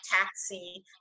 taxi